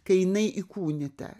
kai jinai įkūnyta